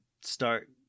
start